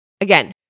Again